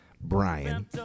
Brian